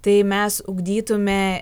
tai mes ugdytumėme